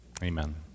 Amen